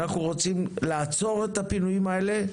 אנחנו רוצים לעצור את הפינויים האלה,